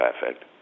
perfect